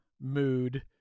mood